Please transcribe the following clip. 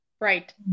Right